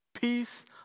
peace